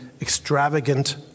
Extravagant